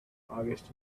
august